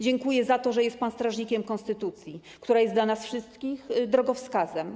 Dziękuję za to, że jest pan strażnikiem konstytucji, która jest dla nas wszystkich drogowskazem.